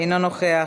אינו נוכח.